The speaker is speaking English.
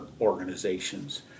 organizations